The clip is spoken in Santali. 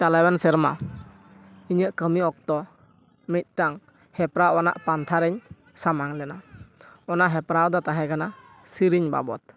ᱪᱟᱞᱟᱣᱮᱱ ᱥᱮᱨᱢᱟ ᱤᱧᱟᱹᱜ ᱠᱟᱹᱢᱤ ᱚᱠᱛᱚ ᱢᱤᱫᱴᱟᱝ ᱦᱮᱯᱨᱟᱣ ᱟᱱᱟᱜ ᱯᱟᱱᱛᱷᱟ ᱨᱤᱧ ᱥᱟᱢᱟᱝ ᱞᱮᱱᱟ ᱚᱱᱟ ᱦᱮᱯᱨᱟᱣ ᱫᱚ ᱛᱟᱦᱮᱸ ᱠᱟᱱᱟ ᱥᱮᱨᱮᱧ ᱵᱟᱵᱚᱫ